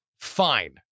fine